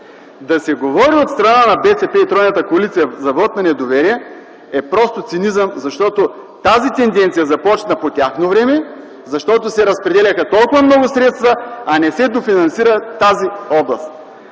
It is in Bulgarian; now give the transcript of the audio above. Да се говори от страна на БСП и тройната коалиция за вот на недоверие е просто цинизъм, защото тази тенденция започна по тяхно време, защото се разпределяха толкова много средства, а не се дофинансира тази област.